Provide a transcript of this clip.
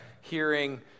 hearing